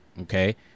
okay